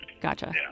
Gotcha